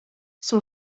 son